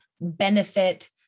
benefit